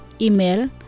Email